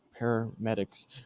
paramedics